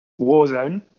warzone